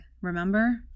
remember